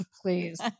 Please